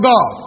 God